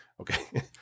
okay